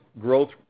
growth